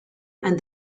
and